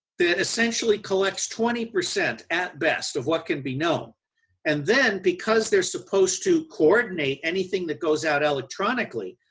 that essentially collects twenty percent at best of what can be known and then, because they are supposed to coordinate anything that goes out electronically,